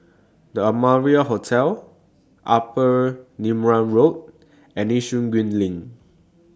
The Amara Hotel Upper Neram Road and Yishun Green LINK